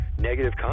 negative